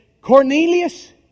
Cornelius